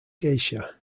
geisha